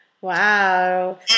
Wow